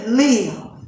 live